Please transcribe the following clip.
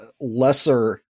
lesser